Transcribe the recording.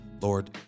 Lord